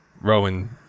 Rowan